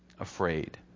afraid